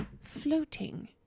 floating